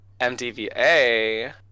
MDVA